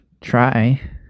try